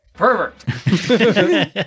pervert